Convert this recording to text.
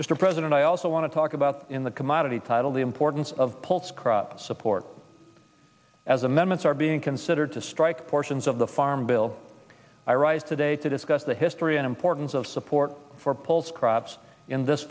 support mr president i also want to talk about the commodity title the importance of support as amendments are being considered to strike portions of the farm bill i rise today to discuss the history and importance of support for pulse crops in this